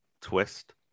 twist